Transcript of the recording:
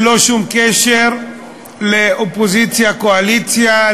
ללא שום קשר לאופוזיציה קואליציה,